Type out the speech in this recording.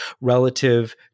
relative